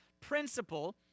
principle